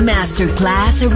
Masterclass